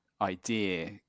idea